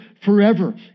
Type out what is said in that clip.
forever